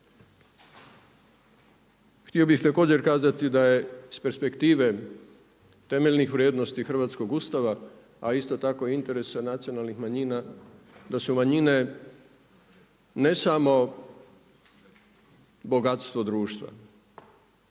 Htio bih također kazati da je iz perspektive temeljnih vrijednosti Hrvatskog ustava a isto tako i interesa nacionalnih manjina da su manjine ne samo bogatstvo društva